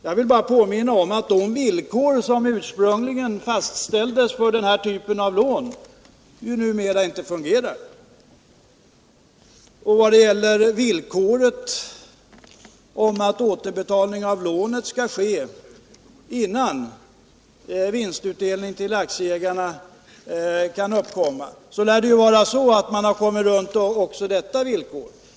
Jag vill bara påminna om att de villkor som ursprungligen fastställdes för denna typ av lån numera inte fungerar, och vad gäller villkoret att återbetalning av lånet skall ske innan någon vinstutdelning till aktieägarna kan uppkomma lär det vara så att man har kommit runt också detta villkor.